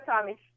Tommy